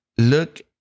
look